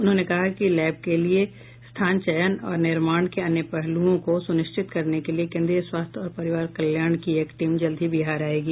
उन्होंने कहा कि लैब के लिए स्थल चयन और निर्माण के अन्य पहलुओं को सुनिश्चित करने के लिए केन्द्रीय स्वास्थ्य और परिवार कल्याण की एक टीम जल्द ही बिहार आयेगी